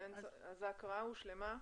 ההקראה הושלמה.